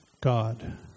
God